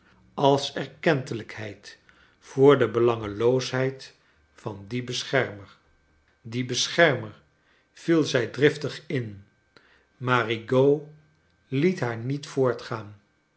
als erkentelijkheid voor de belangeloosheid van dien beschermer die beschermer viel zij driftig in maar rigaud liet haar niet voortgaan